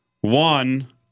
one